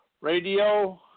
Radio